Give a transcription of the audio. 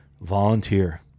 Volunteer